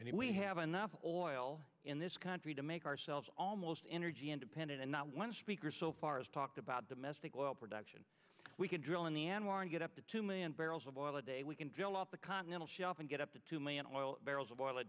if we have enough oil in this country to make ourselves almost energy independent and not one speaker so far as talked about domestic oil production we could drill in the anwar and get up to two million barrels of oil a day we can drill off the continental shelf and get up to two million oil barrels of oil a